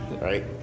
Right